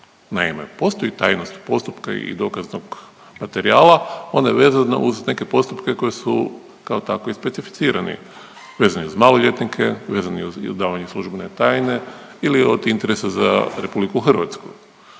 Naime, postoji tajnost postupka i dokaznog materijala. Ona je vezana uz neke postupke koji su kao takvi i specificirani. Vezan je uz maloljetnike, vezan je uz odavanje službene tajne ili od interesa za RH.